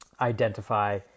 identify